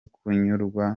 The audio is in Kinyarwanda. kunyurwa